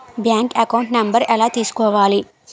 Bank account number ఎలా తీసుకోవాలి?